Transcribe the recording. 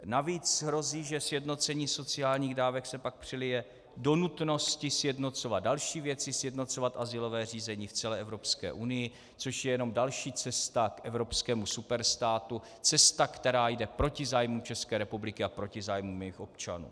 Navíc hrozí, že sjednocení sociálních dávek se pak přelije do nutnosti sjednocovat další věci, sjednocovat azylové řízení v celé Evropské unii, což je jenom další cesta k evropskému superstátu, cesta, která jde proti zájmům České republiky a proti zájmům jejích občanů.